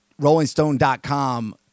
RollingStone.com